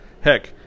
Heck